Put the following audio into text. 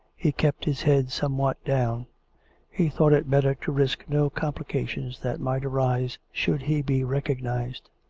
he kept his head somewhat down he thought it better to risk no complications that might arise should he be recognised.